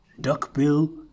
duckbill